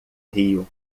rio